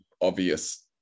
obvious